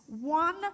one